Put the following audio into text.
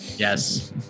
Yes